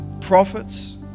prophets